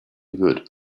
good